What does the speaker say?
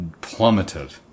plummeted